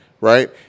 right